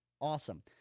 Awesome